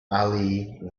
ali